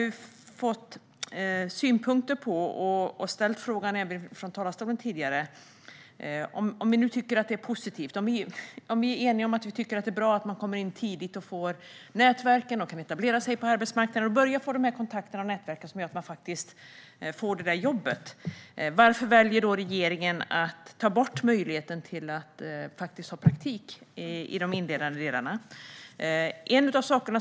Vi är ju eniga om att det är bra att människor tidigt kommer in och kan etablera sig på arbetsmarknaden och börjar få kontakter och nätverk som gör att de får det där jobbet. Men varför väljer regeringen att ta bort möjligheten att få praktik redan från början? Det har kommit fram synpunkter och jag har även själv ställt frågor från talarstolen om detta.